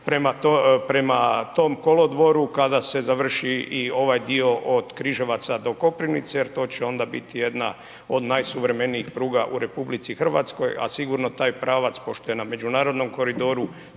prema tom kolodvoru kada se završi i ovaj dio od Križevaca do Koprivnice jer to će onda biti jedna od najsuvremenijih pruga u RH, a sigurno taj pravac pošto je na međunarodnom koridoru,